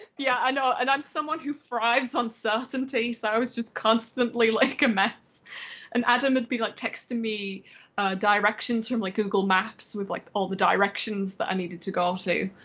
yeah, i know and i'm someone who thrives on certainty so i was just constantly like a mess and adam would be like texting me directions from like google maps with like all the directions that i needed to go um to,